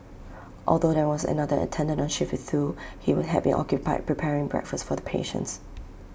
although there was another attendant on shift with Thu he had been occupied preparing breakfast for the patients